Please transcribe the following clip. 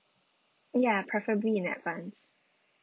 ya preferable in advance